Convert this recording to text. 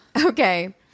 Okay